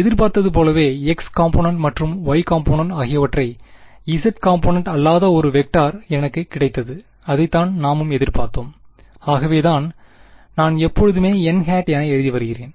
எதிர்பார்த்தது போலவே x component மற்றும் y காம்பொனன்ட் ஆகியவற்றை கொண்டு z காம்பொனன்ட் அல்லாத ஒரு வெக்டார் எனக்கு கிடைத்தது அதைத்தான் நாமும் எதிர்ப்பார்த்தோம் ஆகவே தான் நான் எப்பொழுதுமே n என எழுதி வருகிறேன்